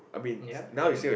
ya